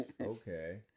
okay